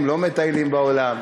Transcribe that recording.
הם לא מטיילים בעולם,